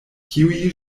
kiuj